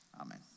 Amen